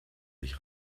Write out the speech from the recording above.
sich